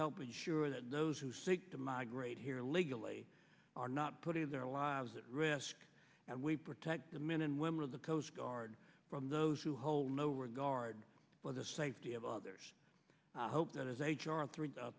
help ensure that those who seek to migrate here legally are not putting their lives at risk and we protect them in and women of the coast guard from those who hold no regard for the safety of others hope that as h r three